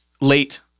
late